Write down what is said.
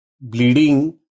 bleeding